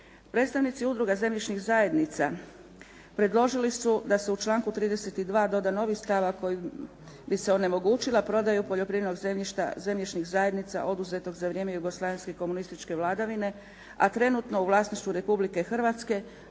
Predstavnici udruga zemljišnih zajednica predložili su da se u članku 32. doda novi stavak kojim bi se onemogućila prodaja poljoprivrednog zemljišta zemljišnih zajednica oduzetog za vrijeme jugoslavenske komunističke vladavine a trenutno u vlasništvu Republike Hrvatske